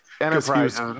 Enterprise